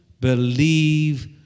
believe